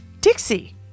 Dixie